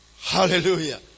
Hallelujah